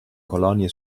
colonie